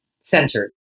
centered